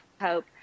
hope